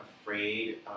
afraid